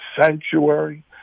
sanctuary